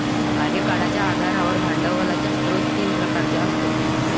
कार्यकाळाच्या आधारावर भांडवलाचा स्रोत तीन प्रकारचा असतो